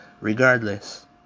regardless